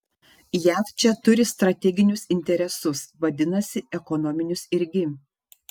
jav čia turi strateginius interesus vadinasi ekonominius irgi